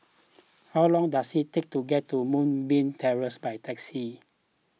how long does it take to get to Moonbeam Terrace by taxi